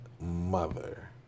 mother